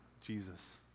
Jesus